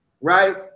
right